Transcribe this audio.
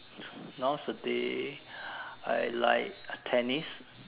nowadays I like uh tennis